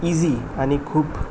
easy आनी खूब